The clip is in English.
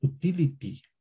utility